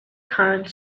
current